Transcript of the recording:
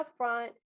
upfront